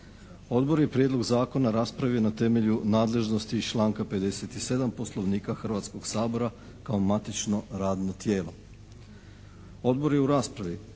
Odbor je u raspravi